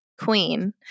queen